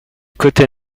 côté